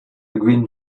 green